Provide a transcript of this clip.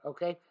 Okay